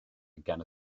again